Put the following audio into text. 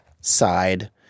side –